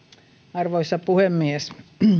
arvoisa puhemies